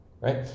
Right